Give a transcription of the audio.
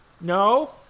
No